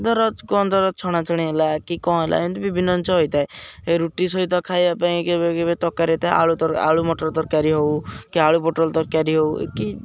ଧର କ'ଣ ଧର ଛଣା ଛଣି ହେଲା କି କ'ଣ ହେଲା ଏମିତି ବିଭିନ୍ନ ଜିନିଷ ହେଇଥାଏ ଏ ରୁଟି ସହିତ ଖାଇବା ପାଇଁ କେବେ କେବେ ତରକାରୀ ହେଇଥାଏ ଆଳୁ ଆଳୁ ମଟର ତରକାରୀ ହଉ କି ଆଳୁ ପୋଟଲ ତରକାରୀ ହଉ କି